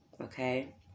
okay